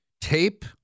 tape